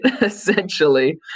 essentially